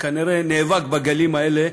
שכנראה נאבק בגלים האלה.